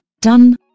done